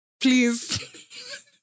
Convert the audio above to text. Please